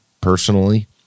personally